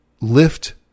lift